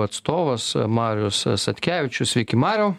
atstovas marius satkevičius sveiki mariau